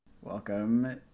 Welcome